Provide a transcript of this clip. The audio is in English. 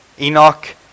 Enoch